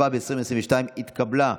התשפ"ב 2022, נתקבלה.